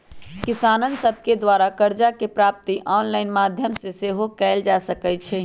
किसान सभके द्वारा करजा के प्राप्ति ऑनलाइन माध्यमो से सेहो कएल जा सकइ छै